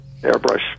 airbrush